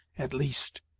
at least.